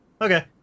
Okay